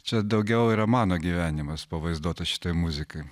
čia daugiau yra mano gyvenimas pavaizduotas šitoj muzikaj